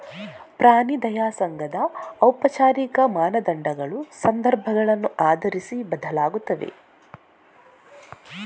ಪ್ರಾಣಿ ದಯಾ ಸಂಘದ ಔಪಚಾರಿಕ ಮಾನದಂಡಗಳು ಸಂದರ್ಭಗಳನ್ನು ಆಧರಿಸಿ ಬದಲಾಗುತ್ತವೆ